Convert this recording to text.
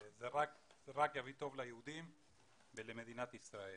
זה רק יביא טוב ליהודים ולמדינת ישראל.